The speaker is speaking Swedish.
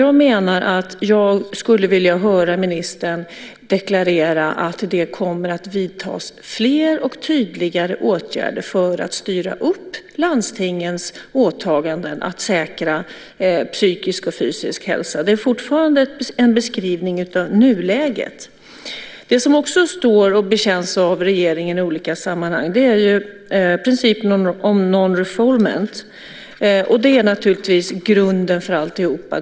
Jag skulle vilja höra ministern deklarera att det kommer att vidtas fler och tydligare åtgärder för att styra upp landstingens åtaganden att säkra psykisk och fysisk hälsa. Det är fortfarande en beskrivning av nuläget. Det som bekänns av regeringen i olika sammanhang är non-reformant principen. Den är naturligtvis grunden för allt.